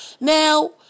Now